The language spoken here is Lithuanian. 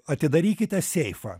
atidarykite seifą